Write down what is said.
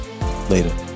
later